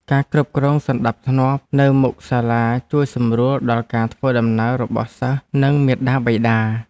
ការគ្រប់គ្រងសណ្តាប់ធ្នាប់នៅមុខសាលាជួយសម្រួលដល់ការធ្វើដំណើររបស់សិស្សនិងមាតាបិតា។